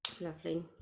Lovely